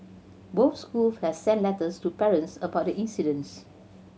both schools have sent letters to parents about the incidents